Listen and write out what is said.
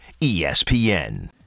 ESPN